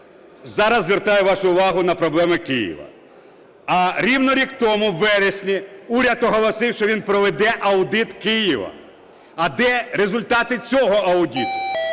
зараз звертаю вашу увагу на проблеми Києва. А рівно рік тому, у вересні, уряд оголосив, що він проведе аудит Києва. А де результати цього аудиту?